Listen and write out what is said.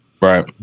Right